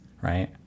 right